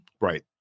right